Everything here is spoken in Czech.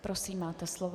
Prosím, máte slovo.